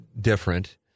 different